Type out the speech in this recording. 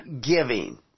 giving